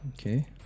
Okay